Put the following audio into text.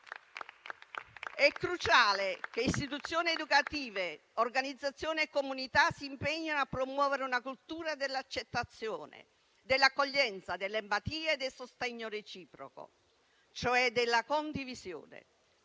È cruciale che istituzioni educative, organizzazioni e comunità si impegnino a promuovere una cultura dell'accettazione, dell'accoglienza, dell'empatia e del sostegno reciproco e, cioè della condivisione.